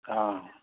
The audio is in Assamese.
অ